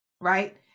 Right